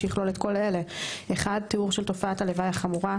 שיכלול את כל אלה: (1) תיאור של תופעת הלוואי החמורה,